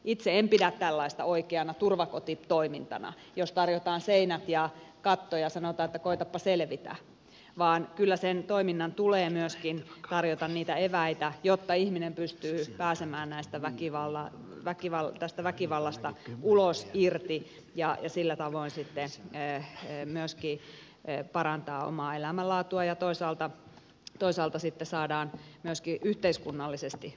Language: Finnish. itse en pidä tällaista oikeana turvakotitoimintana jos tarjotaan seinät ja katto ja sanotaan että koetapa selvitä vaan kyllä sen toiminnan tulee myöskin tarjota niitä eväitä jotta ihminen pystyy pääsemään tästä väkivallasta ulos ja irti ja sillä tavoin myöskin parantamaan omaa elämänlaatuaan ja toisaalta sitten saadaan myöskin yhteiskunnallisesti vaikuttavuutta aikaiseksi